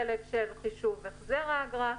חלק של חישוב החזר האגרה,